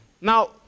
Now